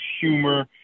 humor